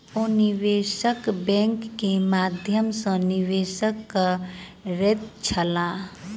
ओ निवेशक बैंक के माध्यम सॅ निवेश करैत छलाह